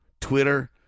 Twitter